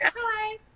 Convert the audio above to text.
hi